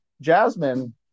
Jasmine